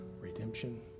redemption